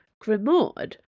Grimaud